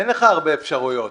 אין לך הרבה אפשרויות.